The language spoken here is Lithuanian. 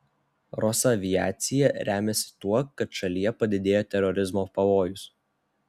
rosaviacija remiasi tuo kad šalyje padidėjo terorizmo pavojus